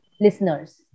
listeners